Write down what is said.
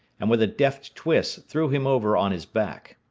and with a deft twist threw him over on his back.